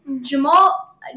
Jamal